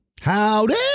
Howdy